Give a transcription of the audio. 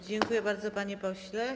Dziękuję bardzo, panie pośle.